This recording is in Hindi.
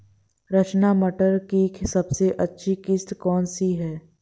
रचना मटर की सबसे अच्छी किश्त कौन सी है?